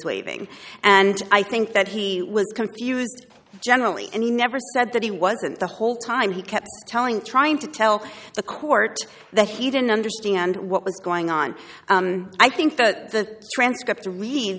waving and i think that he was confused generally and he never said that he wasn't the whole time he kept telling trying to tell the court that he didn't understand what was going on i think that transcript to read